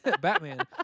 Batman